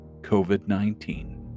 COVID-19